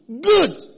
good